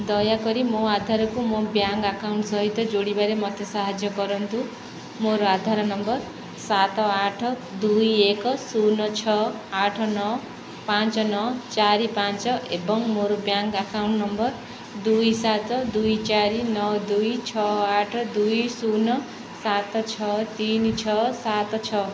ଦୟାକରି ମୋ ଆଧାରକୁ ମୋ ବ୍ୟାଙ୍କ ଆକାଉଣ୍ଟ ସହିତ ଯୋଡ଼ିବାରେ ମୋତେ ସାହାଯ୍ୟ କରନ୍ତୁ ମୋର ଆଧାର ନମ୍ବର ସାତ ଆଠ ଦୁଇ ଏକ ଶୂନ ଛଅ ଆଠ ନଅ ପାଞ୍ଚ ନଅ ଚାରି ପାଞ୍ଚ ଏବଂ ମୋର ବ୍ୟାଙ୍କ ଆକାଉଣ୍ଟ ନମ୍ବର ଦୁଇ ସାତ ଦୁଇ ଚାରି ନଅ ଦୁଇ ଛଅ ଆଠ ଦୁଇ ଶୂନ ସାତ ଛଅ ତିନି ଛଅ ସାତ ଛଅ